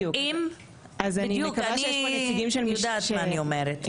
אני יודעת מה אני אומרת.